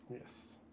yes